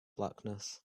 blackness